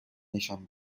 نشان